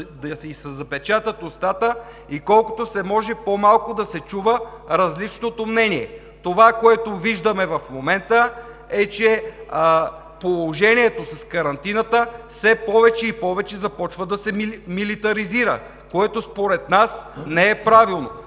да ѝ се запечата устата и колкото се може по малко да се чува различното мнение. Това, което виждаме в момента, е, че положението с карантината все повече и повече започва да се милитализира, което според нас не е правилно.